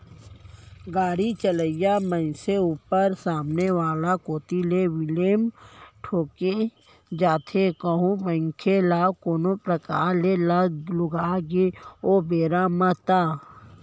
गाड़ी चलइया मनसे ऊपर सामने वाला कोती ले क्लेम ठोंके जाथे कहूं मनखे ल कोनो परकार ले लग लुगा गे ओ बेरा म ता